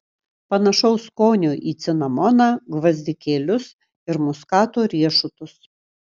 panašaus skonio į cinamoną gvazdikėlius ir muskato riešutus